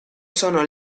sono